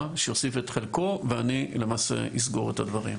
שיוסיף את חלקו ואני למעשה אסגור את הדברים.